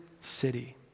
city